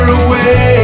away